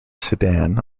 sedan